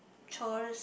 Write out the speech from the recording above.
chores